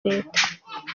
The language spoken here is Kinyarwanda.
leta